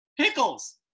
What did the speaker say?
Pickles